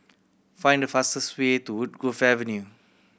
find the fastest way to Woodgrove Avenue